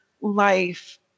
life